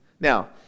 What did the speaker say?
Now